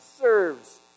serves